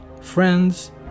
Friends